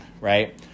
right